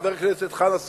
חבר הכנסת חנא סוייד,